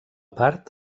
part